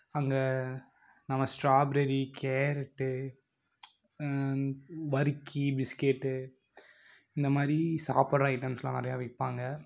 அங்கே நம்ம strawberry carrot வர்க்கி பிஸ்கெட்டு இந்த மாதிரி சாப்பிடற ஐட்டம்ஸ்லாம் நிறையா விற்பாங்க